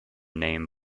name